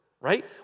right